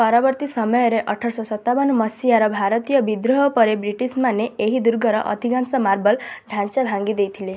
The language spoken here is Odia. ପରବର୍ତ୍ତୀ ସମୟରେ ଅଠରଶହ ସତାବନ ମସିହାର ଭାରତୀୟ ବିଦ୍ରୋହ ପରେ ବ୍ରିଟିଶମାନେ ଏହି ଦୁର୍ଗର ଅଧିକାଂଶ ମାର୍ବଲ୍ ଢାଞ୍ଚା ଭାଙ୍ଗି ଦେଇଥିଲେ